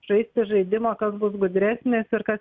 žaisti žaidimą kad bus gudresnis ir kas